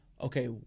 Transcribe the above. Okay